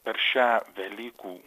per šią velykų